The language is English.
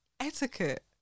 etiquette